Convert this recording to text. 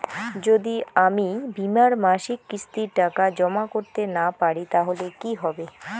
যদি আমি বীমার মাসিক কিস্তির টাকা জমা করতে না পারি তাহলে কি হবে?